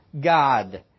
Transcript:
God